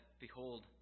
Behold